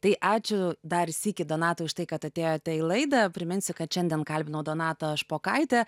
tai ačiū dar sykį donatai už tai kad atėjote į laidą priminsiu kad šiandien kalbinau donata špokaite